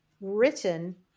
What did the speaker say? written